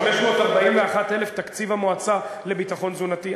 זה 541,000 תקציב המועצה לביטחון תזונתי.